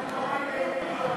חוק הגנת הצרכן (תיקון מס'